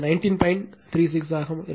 36 ஆக இருக்கும்